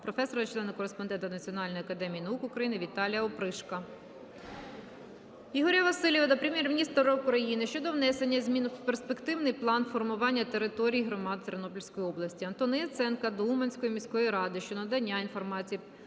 професора, члена-кореспондента Національної академії наук України Віталія Опришка. Ігоря Василіва до Прем'єр-міністра України щодо внесення змін в перспективний план формування територій громад Тернопільської області. Антона Яценка до Уманської міської ради щодо надання інформації